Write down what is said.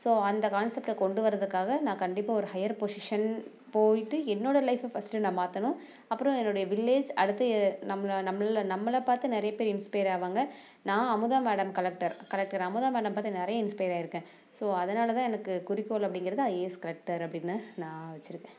so அந்த கான்செப்ட்டை கொண்டு வரதுக்காக நான் கண்டிப்பாக ஒரு ஹையர் பொசிஷன் போயிட்டு என்னோடய லைஃப்பை ஃபர்ஸ்ட்டு நான் மாற்றணும் அப்புறம் என்னோடய வில்லேஜ் அடுத்து நம்மளை நம்மளை நம்மளை பார்த்து நிறைய பேர் இன்ஸ்பயர் ஆவாங்க நான் Amudha madam collector collector Amudha madam பார்த்து நிறைய இன்ஸ்பயர் ஆயிருக்கேன் ஸோ அதனால் தான் எனக்கு குறிக்கோள் அப்படிங்கிறது ஐஏஎஸ் கலெக்டர் அப்படினு நான் வைச்சுருக்கேன்